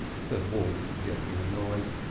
said wolf, getting annoyed.